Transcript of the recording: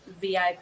VIP